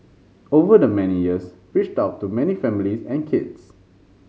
over the many years reached out to many families and kids